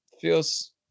feels